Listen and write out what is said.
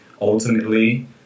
Ultimately